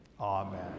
Amen